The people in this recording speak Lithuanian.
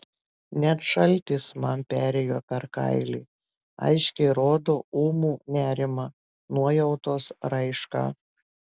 net šaltis man perėjo per kailį aiškiai rodo ūmų nerimą nuojautos raišką